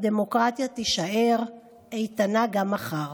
הדמוקרטיה תישאר איתנה גם מחר.